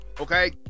Okay